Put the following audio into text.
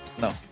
No